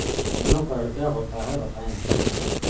अंकुरण क्या होता है बताएँ?